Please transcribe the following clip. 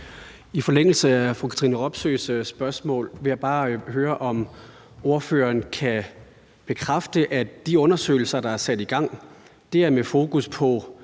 I forlængelse af fru Katrine Robsøes spørgsmål vil jeg bare høre, om ordføreren kan bekræfte, at de undersøgelser, der er sat i gang, er med fokus på,